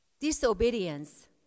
Disobedience